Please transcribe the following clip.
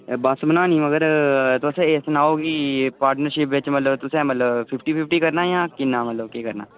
बस बनानी मगर तुस एह् सनाओ कि पार्टनरशिप बिच्च मतलब तुसें मतलब फिफ्टी फिफ्टी करना जां किन्ना मतलब केह् करना